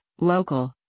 local